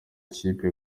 kipe